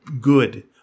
good